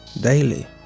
Daily